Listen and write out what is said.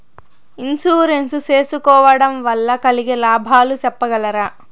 Insurance సేసుకోవడం వల్ల కలిగే లాభాలు సెప్పగలరా?